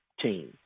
team